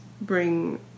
Bring